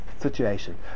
situation